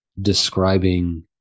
describing